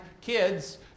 kids